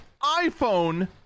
iPhone